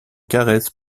caresse